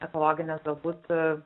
ekologines galbūt